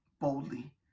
boldly